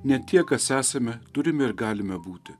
ne tie kas esame turime ir galime būti